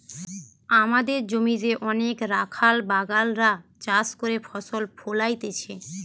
আমদের জমিতে অনেক রাখাল বাগাল রা চাষ করে ফসল ফোলাইতেছে